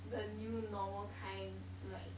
the new normal kind like